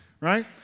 right